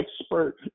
expert